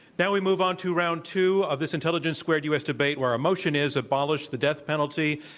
now we move on to round two of this intelligence squared u. s. debate, where our motion is, abolish the death penalty.